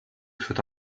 führt